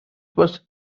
was